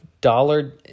dollar